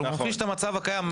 אבל הוא ממחיש את המצב הקיים.